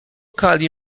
kali